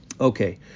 Okay